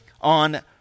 on